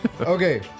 Okay